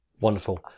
Wonderful